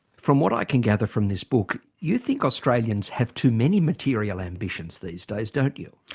from what i can gather from this book, you think australians have too many material ambitions these days, don't you?